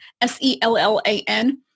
S-E-L-L-A-N